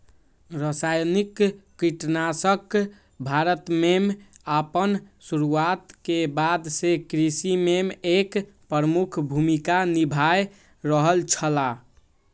रासायनिक कीटनाशक भारत में आपन शुरुआत के बाद से कृषि में एक प्रमुख भूमिका निभाय रहल छला